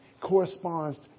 corresponds